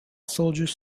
soldiers